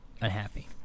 unhappy